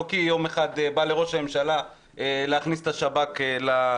לא בגלל שיום אחד בא לראש הממשלה להכניס את השב"כ לתמונה.